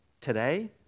today